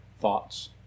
thoughts